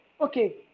okay